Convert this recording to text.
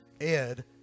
Ed